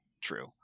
true